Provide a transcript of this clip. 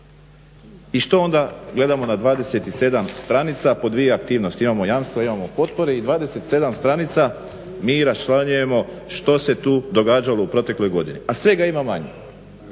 I što onda gledam na 27 stranica, po dvije aktivnosti, imamo jamstva, imamo potpore i 27 stranica mi raščlanjujemo što se tu događalo u protekloj godini, a svega ima manje.